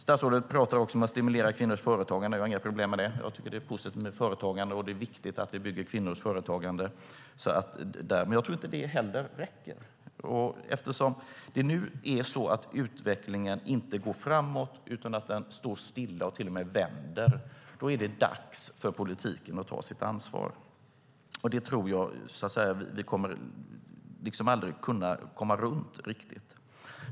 Statsrådet pratar också om att stimulera kvinnors företagande. Jag har inga problem med det. Det är positivt med företagande, och det är viktigt att vi stöder kvinnors företagande. Men jag tror inte att det heller räcker. Eftersom utvecklingen inte går framåt utan står stilla och till och med vänder är det dags för politiken att ta sitt ansvar. Jag tror inte att vi kommer att kunna komma runt det.